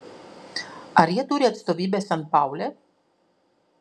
ar jie turi atstovybę sanpaule